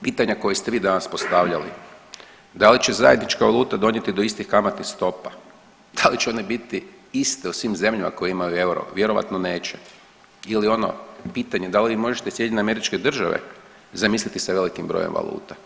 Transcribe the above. Pitanja koja ste vi danas postavljali da li će zajednička valuta donijeti do istih kamatnih stopa, da li će one biti iste u svim zemljama koje imaju euro, vjerojatno neće ili ono pitanje da li vi možete SAD zamisliti sa velikim brojem valuta.